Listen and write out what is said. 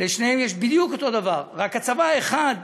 לשניהם יש בדיוק אותו דבר, רק הצבא האחד